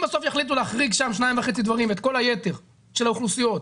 אם בסוף יחליטו להחריג שם שניים וחצי דברים ואת כל היתר של האוכלוסיות,